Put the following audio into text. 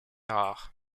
rare